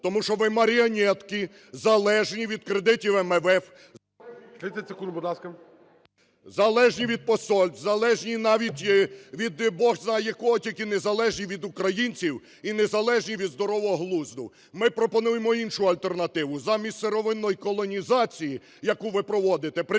Тому що ви маріонетки, залежні від кредитів МВФ… ГОЛОВУЮЧИЙ. 30 секунд, будь ласка. ЛЯШКО О.В. … залежні від посольств, залежні навіть від, Бог знає кого, тільки не залежні від українців і не залежні від здорового глузду. Ми пропонуємо іншу альтернативу. Замість сировинної колонізації, яку ви проводите, прирікаючи